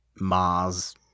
mars